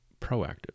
proactive